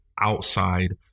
outside